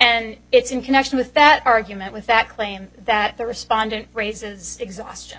and it's in connection with that argument with that claim that the respondent raises exhaustion